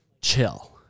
chill